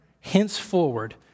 henceforward